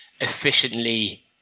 efficiently